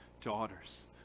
daughters